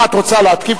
לא שנתיים